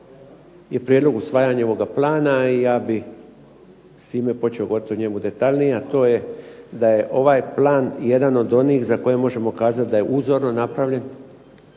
je prijedlog usvajanja ovoga plana i ja bih s time počeo govoriti o njemu detaljnije a to je da je ovaj plan jedan od onih za koje možemo kazati da je uzorno napravljen,